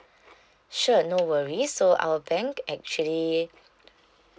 sure no worries so our bank actually